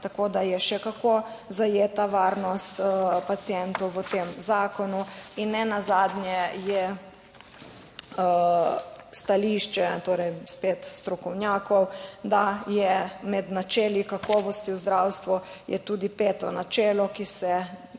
tako, da je še kako zajeta varnost pacientov v tem zakonu. In ne nazadnje, je stališče, torej, spet, strokovnjakov, da je, med načeli kakovosti v zdravstvu je tudi peto načelo, ki se